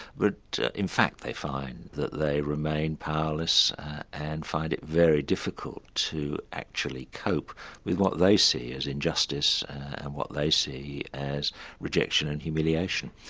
but in fact they find that they remain powerless and find it very difficult to actually cope with what they see as injustice and what they see as rejection and humiliation.